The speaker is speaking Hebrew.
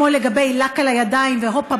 כמו לגבי לק על הידיים ו"הופה,